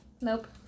Nope